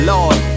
Lord